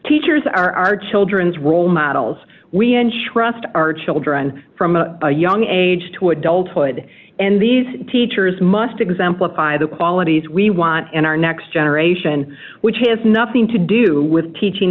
teachers are our children's role models we ensure us to our children from a young age to adulthood and these teachers must exemplify the qualities we want in our next generation which has nothing to do with teaching